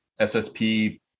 SSP